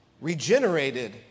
regenerated